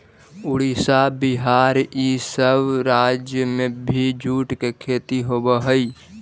उड़ीसा, बिहार, इ सब राज्य में भी जूट के खेती होवऽ हई